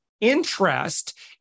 interest